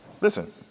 Listen